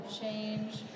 change